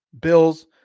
Bills